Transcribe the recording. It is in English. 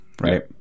Right